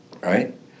right